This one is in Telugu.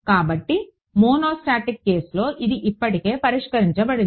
కాబట్టి మోనోస్టాటిక్ కేసులో ఇది ఇప్పటికే పరిష్కరించబడింది